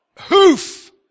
hoof